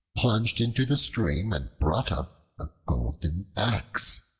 plunged into the stream and brought up a golden axe,